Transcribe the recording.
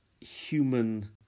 human